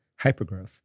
hypergrowth